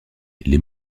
les